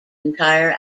entire